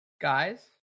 guys